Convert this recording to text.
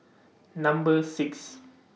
Number six